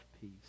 Peace